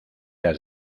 has